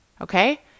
Okay